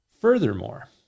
Furthermore